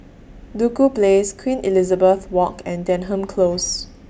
Duku Place Queen Elizabeth Walk and Denham Close